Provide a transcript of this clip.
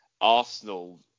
Arsenal